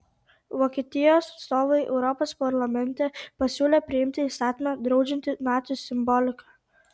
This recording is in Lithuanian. vokietijos atstovai europos parlamente pasiūlė priimti įstatymą draudžiantį nacių simboliką